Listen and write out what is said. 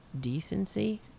decency